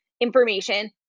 information